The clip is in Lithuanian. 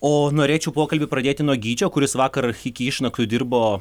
o norėčiau pokalbį pradėti nuo gyčio kuris vakar iki išnaktų dirbo